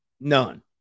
none